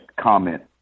comment